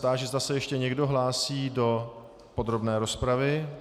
Táži, zda se ještě někdo hlásí do podrobné rozpravy.